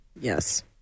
Yes